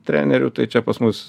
trenerių tai čia pas mus